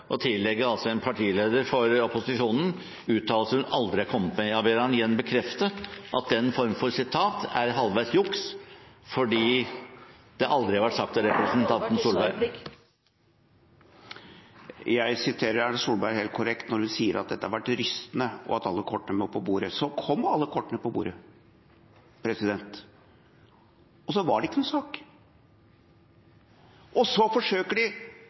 og tillegger altså en partileder for opposisjonen uttalelser hun aldri har kommet med. Jeg ber han igjen bekrefte at den form for sitat er halvveis juks, fordi det aldri har vært sagt av representanten Solberg. Jeg siterer Erna Solberg helt korrekt når hun sier at dette har vært rystende, og at alle kortene må på bordet. Så kom alle kortene på bordet, og så var det ikke noen sak. Så